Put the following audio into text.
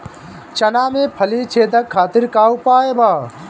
चना में फली छेदक खातिर का उपाय बा?